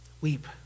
weep